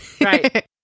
Right